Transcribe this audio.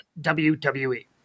WWE